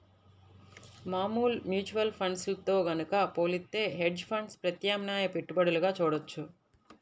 మామూలు mutual funds తో గనక పోలిత్తే హెడ్జ్ ఫండ్స్ ప్రత్యామ్నాయ పెట్టుబడులుగా చూడొచ్చు